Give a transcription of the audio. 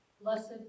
Blessed